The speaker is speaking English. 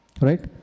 right